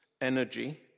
energy